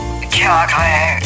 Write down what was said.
Chocolate